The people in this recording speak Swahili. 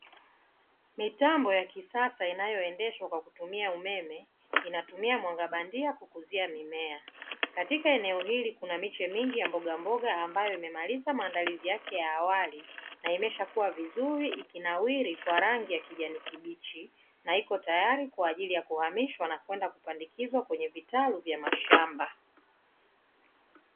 Mitambo ya kisasa inayoendeshwa kwa kutumia umeme, inatumia mwanga bandia kukuzia mimea. Katika eneo hili, kuna miche mingi ya mbogamboga, ambayo imemaliza maandalizi yake ya awali na imeshakuwa vizuri, ikinawiri kwa rangi ya kijani kibichi, na iko tayari kwa ajili ya kuhamishwa na kwenda kupandikizwa kwenye vitalu vya mashamba.